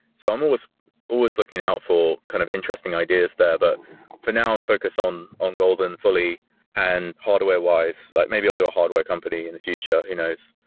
so i'm always always looking out for kind of interesting ideas there. but for now, i'm focused on on golden fully and hardware-wise. like maybe i'll do a hardware company in the future. who knows?